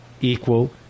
equal